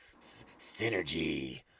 Synergy